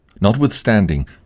Notwithstanding